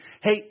hey